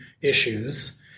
issues